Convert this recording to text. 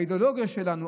באידיאולוגיה שלנו,